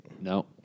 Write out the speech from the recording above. No